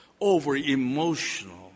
over-emotional